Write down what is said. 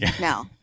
No